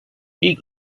i̇lk